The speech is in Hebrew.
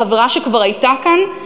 לחברה שכבר הייתה כאן,